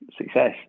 success